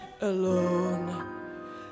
alone